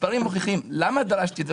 למה דרשתי את זה?